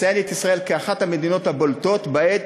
מציין את ישראל כאחת המדינות הבולטות שבהן